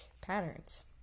patterns